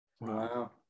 wow